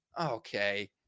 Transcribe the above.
Okay